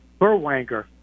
Burwanger